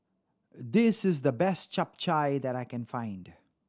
this is the best Chap Chai that I can find